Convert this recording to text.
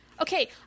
Okay